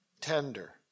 tender